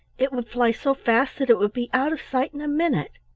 it would fly so fast that it would be out of sight in a minute.